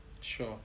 Sure